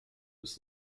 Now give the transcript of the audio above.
was